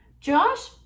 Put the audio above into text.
Josh